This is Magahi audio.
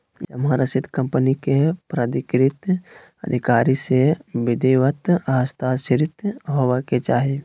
जमा रसीद कंपनी के प्राधिकृत अधिकारी से विधिवत हस्ताक्षरित होबय के चाही